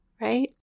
right